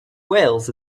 whales